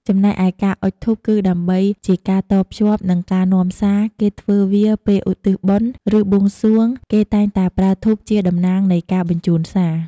ចំណែកឯការអុជធូបគឺដើម្បី ជាការតភ្ជាប់ និងការនាំសារ គេធ្វើវាពេលឧទ្ទិសបុណ្យ ឬបួងសួង គេតែងតែប្រើធូបជាតំណាងនៃការបញ្ជូនសារ។